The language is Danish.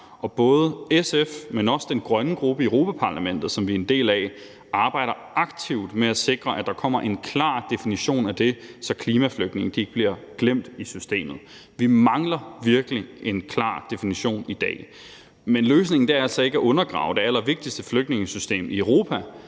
både SF, men også den grønne gruppe i Europa-Parlamentet, som vi er en del af, arbejder aktivt med at sikre, at der kommer en klar definition af det, så klimaflygtninge ikke bliver glemt i systemet. Vi mangler virkelig en klar definition i dag. Men løsningen er altså ikke at undergrave det allervigtigste flygtningesystem i Europa,